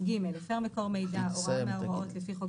הפר מקור מידע הוראה מההוראות לפי חוק